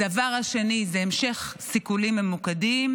הדבר השני זה המשך סיכולים ממוקדים,